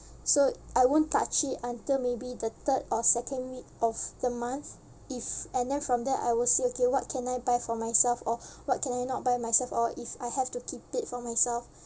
so I won't touch it until maybe the third or second week of the month if and then from there I will see okay what can I buy for myself or what can I not buy myself or if I have to keep it for myself